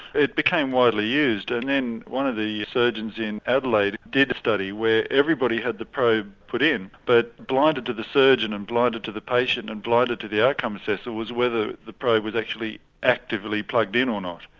it became widely used and then one of the surgeons in adelaide did a study where everybody had the probe put in but blinded to the surgeon, and blinded to the patient, and blinded to the outcome assessor was whether the probe was actually actively plugged in or not.